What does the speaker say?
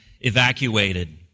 evacuated